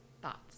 thoughts